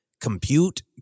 compute